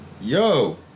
Yo